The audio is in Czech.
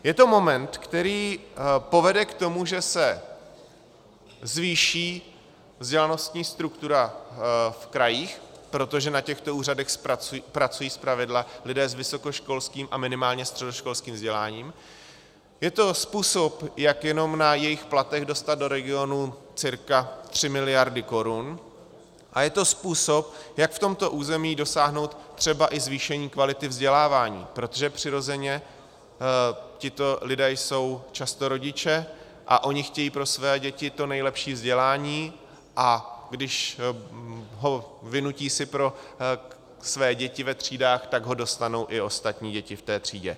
Je to moment, který povede k tomu, že se zvýší vzdělanostní struktura v krajích, protože na těchto úřadech pracují zpravidla lidé s vysokoškolským a minimálně středoškolským vzděláním, je to způsob, jak jenom na jejich platech dostat do regionů cca 3 miliardy korun, a je to způsob, jak v tomto území dosáhnout třeba i zvýšení kvality vzdělávání, protože přirozeně tito lidé jsou často rodiče a oni chtějí pro své děti to nejlepší vzdělání, a když si ho vynutí pro své děti ve třídách, tak ho dostanou i ostatní děti v té třídě.